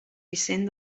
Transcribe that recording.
vicent